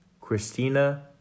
Christina